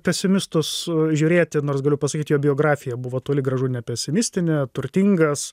pesimistus žiūrėti nors galiu pasakyt jo biografija buvo toli gražu ne pesimistinė turtingas